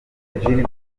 gilbert